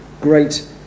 great